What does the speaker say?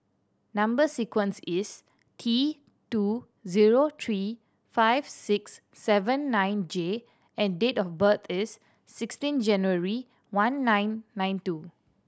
number sequence is T two zero three five six seven nine J and date of birth is sixteen January one nine nine two